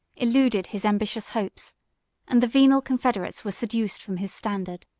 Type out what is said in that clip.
eluded his ambitious hopes and the venal confederates were seduced from his standard.